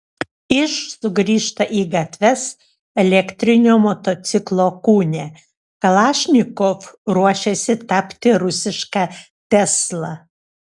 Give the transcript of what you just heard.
iž sugrįžta į gatves elektrinio motociklo kūne kalašnikov ruošiasi tapti rusiška tesla